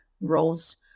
roles